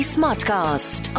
Smartcast